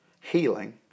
healing